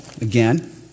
again